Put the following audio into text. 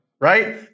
right